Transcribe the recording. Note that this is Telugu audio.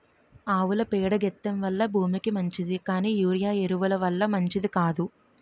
ఆవుల పేడ గెత్తెం వల్ల భూమికి మంచిది కానీ యూరియా ఎరువు ల వల్ల మంచిది కాదు